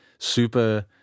Super